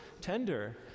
tender